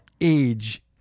age